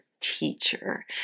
teacher